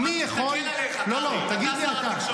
העם לא יכול להיות שומר הסף.